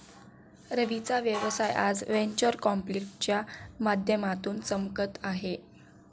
रवीचा व्यवसाय आज व्हेंचर कॅपिटलच्या माध्यमातून चमकत आहे